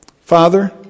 Father